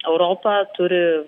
europa turi